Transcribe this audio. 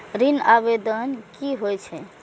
ऋण आवेदन की होय छै?